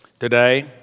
Today